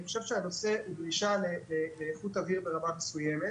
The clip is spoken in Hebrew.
אני חושב שהנושא הוא דרישה לאיכות אוויר ברמה מסוימת